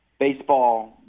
Baseball